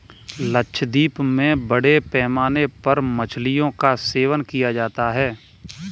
लक्षद्वीप में बड़े पैमाने पर मछलियों का सेवन किया जाता है